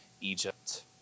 Egypt